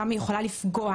כמה היא יכולה לפגוע.